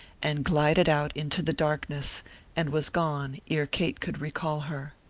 and glided out into the darkness and was gone ere kate could recall her.